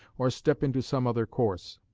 or step into some other course.